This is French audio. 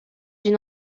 une